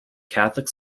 catholic